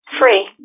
Free